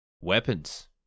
weapons